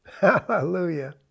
Hallelujah